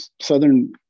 Southern